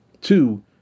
Two